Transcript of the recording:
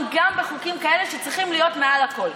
גם בחוקים כאלה שצריכים להיות מעל הכול.